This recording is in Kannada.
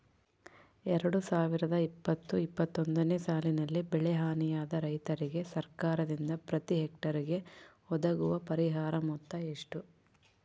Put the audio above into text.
ಎರಡು ಸಾವಿರದ ಇಪ್ಪತ್ತು ಇಪ್ಪತ್ತೊಂದನೆ ಸಾಲಿನಲ್ಲಿ ಬೆಳೆ ಹಾನಿಯಾದ ರೈತರಿಗೆ ಸರ್ಕಾರದಿಂದ ಪ್ರತಿ ಹೆಕ್ಟರ್ ಗೆ ಒದಗುವ ಪರಿಹಾರ ಮೊತ್ತ ಎಷ್ಟು?